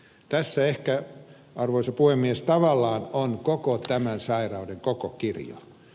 tässä ehkä arvoisa puhemies tavallaan on koko tämän sairauden koko kirjo